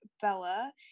Bella